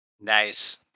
Nice